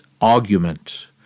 argument